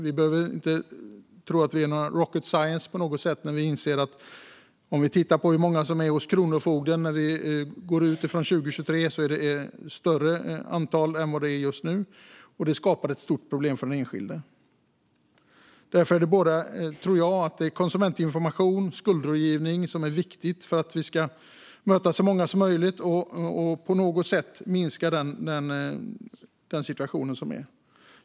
Det är inte rocket science på något sätt. Om vi tittar på hur många som är hos kronofogden när vi går ut från 2023 inser vi att det är ett större antal än vad det är just nu. Detta skapar ett stort problem för den enskilde. Jag tror att det är viktigt med både konsumentinformation och skuldrådgivning när det gäller att möta så många som möjligt och på något sätt minska dessa problem.